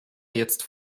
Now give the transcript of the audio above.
jetzt